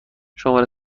شماره